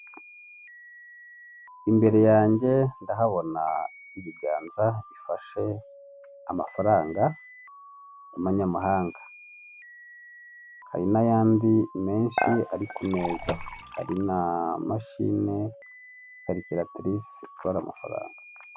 Imbere yanjye ndahabona ibiganza bifashe amafaranga y'amanyamahanga hari n'ayandi menshi ari ku meza hari na mashine karikaritirise ibara amafaranga.